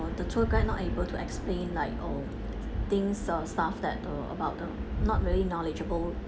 the tour guide not able to explain like uh things uh stuff that uh about the not really knowledgeable